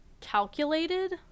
calculated